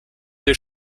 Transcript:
des